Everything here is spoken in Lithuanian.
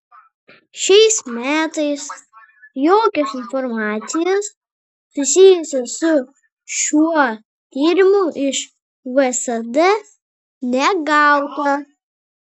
šiais metais jokios informacijos susijusios su šiuo tyrimu iš vsd negauta